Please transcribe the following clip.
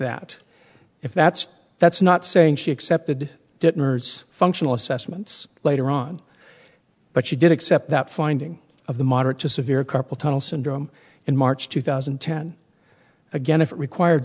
that if that's that's not saying she accepted dinners functional assessments later on but she did accept that finding of the moderate to severe carpal tunnel syndrome in march two thousand and ten again if required